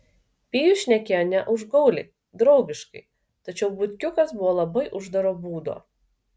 pijus šnekėjo ne užgauliai draugiškai tačiau butkiukas buvo labai uždaro būdo